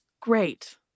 Great